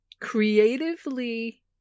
creatively